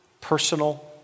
personal